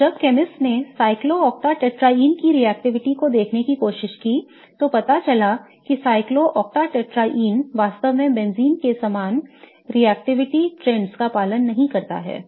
तो जब केमिस्ट ने cyclooctatetraene की रिएक्शनशीलता को देखने की कोशिश की तो पता चला कि cyclooctatetraene वास्तव में बेंजीन की समान रिएक्शनशीलता प्रवृत्तियों का पालन नहीं करता है